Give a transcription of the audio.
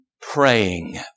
praying